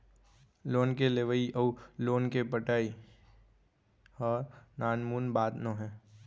loan के लेवइ अउ लोन के पटाई ह नानमुन बात नोहे